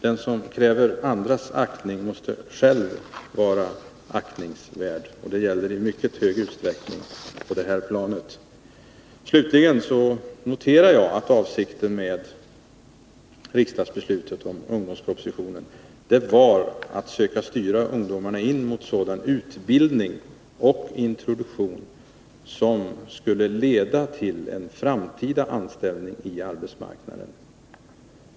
Den som kräver andras aktning måste själv vara aktningsvärd— det gäller i mycket hög grad på det här planet. Slutligen noterar jag att avsikten med riksdagsbeslutet med anledning av ungdomspropositionen var att söka styra ungdomarna in mot sådan utbildning och introduktion som skulle leda till en framtida anställning på arbetsmarknaden.